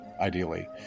ideally